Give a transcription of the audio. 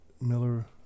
Miller